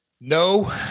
No